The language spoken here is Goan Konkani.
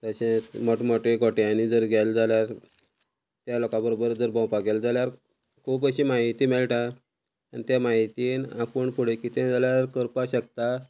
तशेत मोट मोटे गोट्यांनी जर गेले जाल्यार त्या लोकां बरोबर जर भोंवपाक गेले जाल्यार खूब अशी म्हायती मेळटा आनी त्या म्हायतीन आपूण फुडें कितें जाल्यार करपा शकता